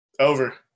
Over